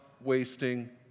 wasting